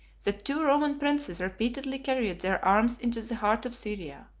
the two roman princes repeatedly carried their arms into the heart of syria.